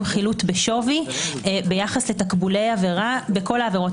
חילוט בשווי ביחס לתקבולי עבירה בכל העבירות.